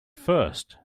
first